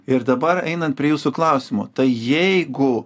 ir dabar einant prie jūsų klausimo tai jeigu